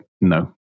No